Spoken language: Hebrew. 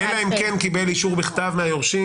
--- אולי לכתוב "אלא אם כן קיבל אישור בכתב מהיורשים"?